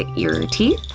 ah your ah teeth?